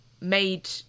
made